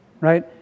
right